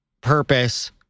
purpose